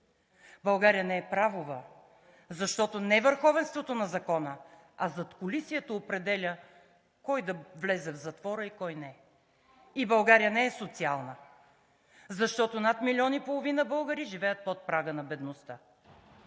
България не е правова, защото не върховенството на закона, а задкулисието определя кой да влезе в затвора и кой не. България не е социална, защото над милион и половина българи живеят под прага на бедността.